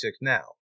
now